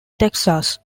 texas